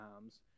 times